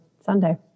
Sunday